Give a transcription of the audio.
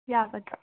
ꯌꯥꯒꯗ꯭ꯔꯥ